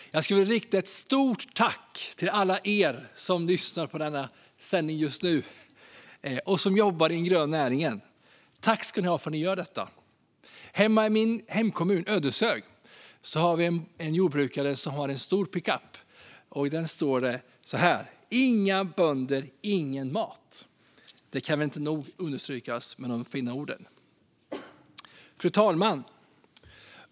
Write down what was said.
Jag skulle vilja rikta ett stort tack till alla er som just nu lyssnar på denna sändning och som jobbar i den gröna näringen. Tack ska ni ha för att ni gör detta! I min hemkommun Ödeshög finns en jordbrukare som har en stor pickup, och på den står det: Inga bönder ingen mat. Det är fina ord och kan inte nog understrykas. Fru talman!